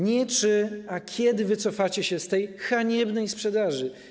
Nie czy, ale kiedy wycofacie się z tej haniebnej sprzedaży?